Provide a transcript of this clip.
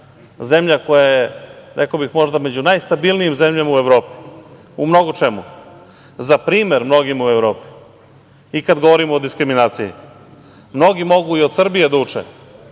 zemlja koja je, rekao bih, možda među najstabilnijim zemljama u Evropi, u mnogo čemu, za primer mnogima u Evropi i kada govorimo o diskriminaciji. Mnogi mogu i od Srbije da uče,